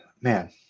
man